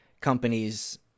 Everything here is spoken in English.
companies